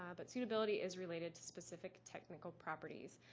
um but suitability is related to specific technical properties.